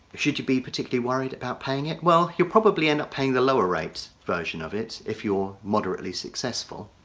should you be particularly worried about paying it well you'll probably end up paying the lower rates version of it if you're moderately successful